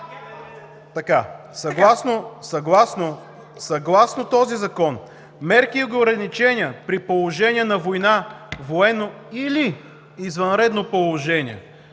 пак!“) Съгласно този закон: мерки и ограничения при положение на война, военно или извънредно положение...